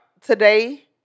today